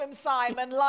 Simon